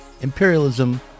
imperialism